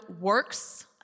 works